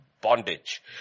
bondage